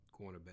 cornerback